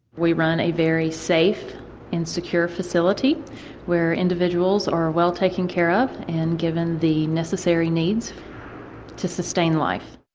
we run a very safe and secure facility where individuals are ah well taken care of and given the necessary needs to sustain life,